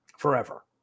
forever